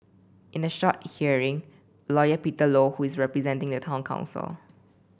in a short hearing lawyer Peter Low who is representing the town council